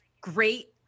great